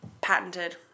patented